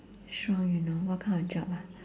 shrunk you know what kind of job ah